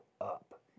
up